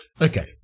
Okay